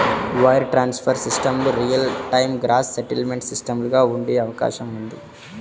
wire transfer సిస్టమ్లు real time gross settlement సిస్టమ్లుగా ఉండే అవకాశం ఉంది